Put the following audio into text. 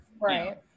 Right